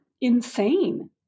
insane